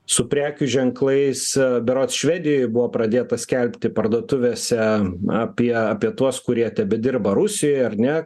su prekių ženklais berods švedijoje buvo pradėta skelbti parduotuvėse apie apie tuos kurie tebedirba rusijoje ar ne